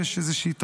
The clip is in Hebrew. חוק